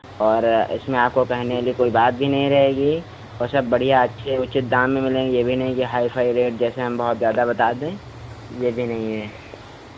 और इसमें आपको कहने वाली कोई बात भी नहीं रहेगी और सब बढ़ियाँ अच्छे उचित दाम में मिलेंगे ये भी नहीं के हाइ फ़ाई रेट जैसे हम बहुत ज़्यादा बता दें ये भी नहीं है